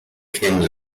kings